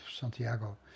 Santiago